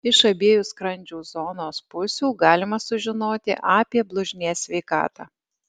iš abiejų skrandžio zonos pusių galima sužinoti apie blužnies sveikatą